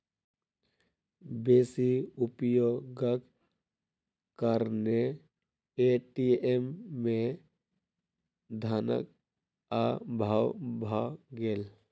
बेसी उपयोगक कारणेँ ए.टी.एम में धनक अभाव भ गेल